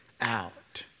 out